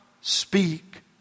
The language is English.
speak